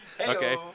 okay